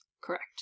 Correct